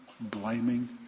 blaming